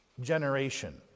generation